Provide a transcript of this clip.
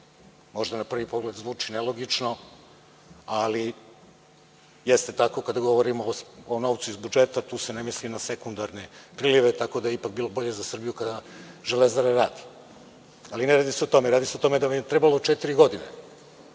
Možda na prvi pogled zvuči nelogično, ali jeste tako kada govorimo o novcu iz budžeta. Tu se ne misli na sekundarne prilive, tako da je ipak bilo bolje za Srbiju kada „Železara“ radi. Ali, ne radi se o tome. Radi se o tome da vam je trebalo četiri godine,